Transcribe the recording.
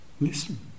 listen